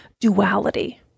duality